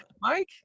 mike